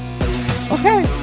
Okay